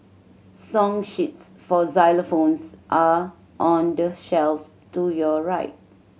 song sheets for xylophones are on the shelf to your right